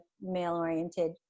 male-oriented